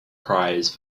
prize